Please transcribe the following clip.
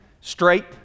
straight